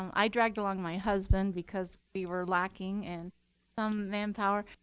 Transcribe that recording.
um i dragged along my husband because we were lacking in manpower,